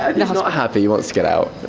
and not not happy, he wants to get out.